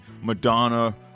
Madonna